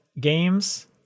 games